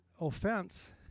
offense